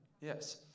Yes